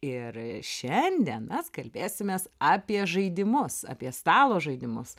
ir šiandien mes kalbėsimės apie žaidimus apie stalo žaidimus